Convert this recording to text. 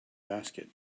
basket